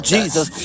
Jesus